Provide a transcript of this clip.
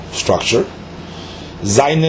structure